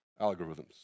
algorithms